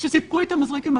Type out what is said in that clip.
שסיפקו את המזרקים,